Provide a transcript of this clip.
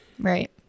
Right